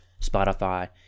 Spotify